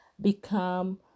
become